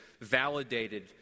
validated